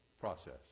process